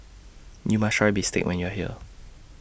YOU must Try Bistake when YOU Are here